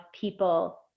people